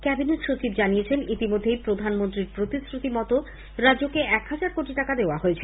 cabinet সচিব জানিয়েছেন ইতিমধ্যেই প্রধানমন্ত্রীর প্রতিশ্রুতি মত রাজ্যকে এক হাজার কোটি টাকা দিয়ে দেওয়া হয়েছে